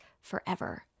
forever